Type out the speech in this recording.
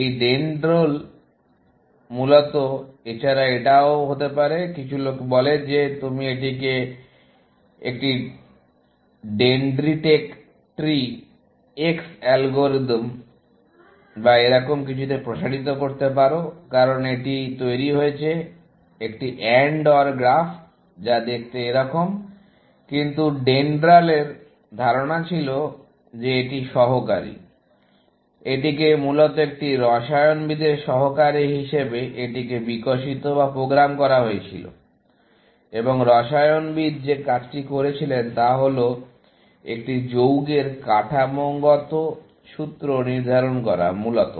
এই ডেনড্রাল মূলত এছাড়া এটাও হতে পারে কিছু লোক বলে যে তুমি এটিকে একটি ডেনট্রিটেক ট্রি X অ্যালগরিদম বা এরকম কিছুতে প্রসারিত করতে পারো কারণ এটি তৈরি করেছে একটি AND OR গ্রাফ যা দেখতে এরকম কিন্তু DENDRAL এর ধারণা ছিল যে এটি সহকারী এটিকে মূলত একটি রসায়নবিদের সহকারী হিসাবে এটিকে বিকশিত বা প্রোগ্রাম করা হয়েছিল এবং রসায়নবিদ যে কাজটি করছিলেন তা হল একটি যৌগের কাঠামোগত সূত্র নির্ধারণ করা মূলত